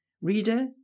Reader